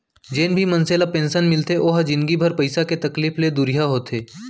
जेन भी मनसे ल पेंसन मिलथे ओ ह जिनगी भर पइसा के तकलीफ ले दुरिहा होथे